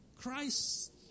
Christ